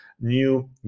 new